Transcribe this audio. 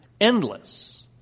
endless